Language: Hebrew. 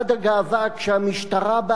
כשהמשטרה באה ואמרה: